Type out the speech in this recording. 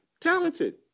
Talented